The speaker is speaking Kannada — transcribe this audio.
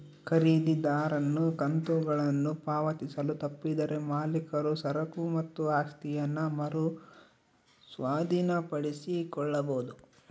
ಖರೀದಿದಾರನು ಕಂತುಗಳನ್ನು ಪಾವತಿಸಲು ತಪ್ಪಿದರೆ ಮಾಲೀಕರು ಸರಕು ಮತ್ತು ಆಸ್ತಿಯನ್ನ ಮರು ಸ್ವಾಧೀನಪಡಿಸಿಕೊಳ್ಳಬೊದು